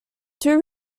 two